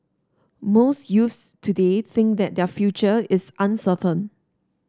most youths today think that their future is uncertain